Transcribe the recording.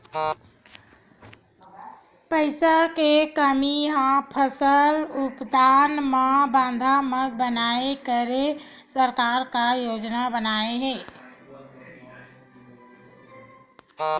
पईसा के कमी हा फसल उत्पादन मा बाधा मत बनाए करके सरकार का योजना बनाए हे?